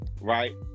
right